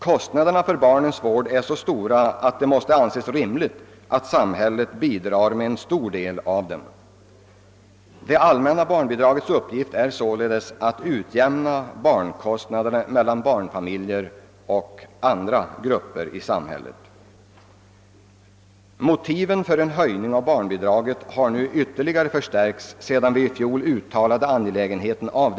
Kostnaderna för barnens vård är så betydande att det måste anses rimligt att samhället bidrar med en stor del. Det allmänna barnbidragets uppgift är således att på ett riktigt sätt fördela barnkostnaderna mellan barnfamiljer och andra grupper i samhället. Motiven för en höjning av barnbidraget har nu ytterligare förstärkts sedan vi i fjol uttalade angelägenheten härav.